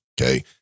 okay